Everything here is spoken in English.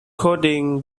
coding